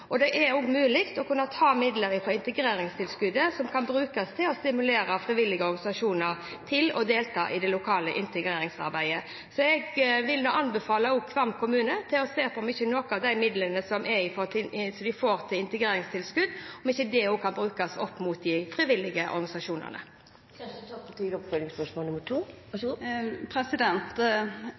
og det er også mulig å kunne ta midler fra integreringstilskuddet og bruke dem til å stimulere frivillige organisasjoner til å delta i det lokale integreringsarbeidet. Jeg vil nå anbefale Kvam kommune å se på om ikke noen av de midlene som de får til integreringstilskudd, også kan brukes opp mot de frivillige organisasjonene.